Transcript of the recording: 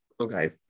Okay